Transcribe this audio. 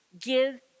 give